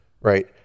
Right